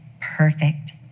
perfect